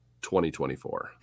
2024